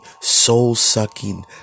soul-sucking